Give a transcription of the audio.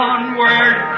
Onward